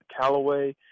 Callaway